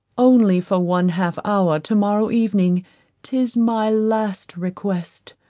only for one half hour to-morrow evening tis my last request.